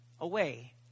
away